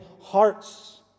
hearts